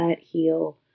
heal